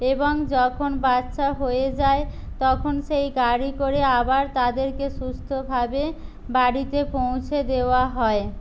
এবং যখন বাচ্চা হয়ে যায় তখন সেই গাড়ি করে আবার তাদেরকে সুস্থভাবে বাড়িতে পৌঁছে দেওয়া হয়